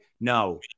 no